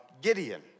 Gideon